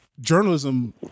journalism